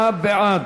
49 בעד,